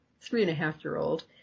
three-and-a-half-year-old